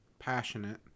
passionate